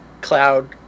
Cloud